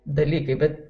dalykai bet